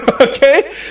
Okay